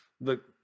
Look